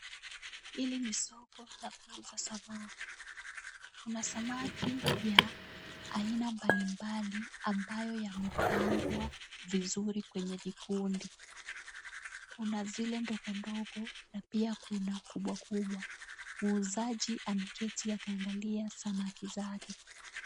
Hili ni soko la kuuza samaki. Kuna samaki ya aina mbalimbali ambayo yamepangwa vizuri kwenye vikundi. Kuna zile ndogondogo na pia kuna kubwa kubwa. Muuzaji ameketi akaangalia samaki zake.